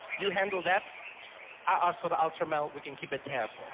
you handle that i asked for the ultra mel, we can keep a tab